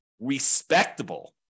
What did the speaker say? respectable